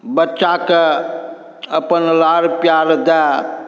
बच्चाके अपन लाड़ पिआर दऽ